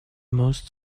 most